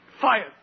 Fired